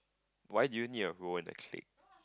why do you need a role in a clique